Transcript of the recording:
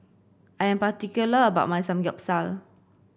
I am particular about my Samgyeopsal